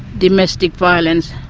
domestic violence,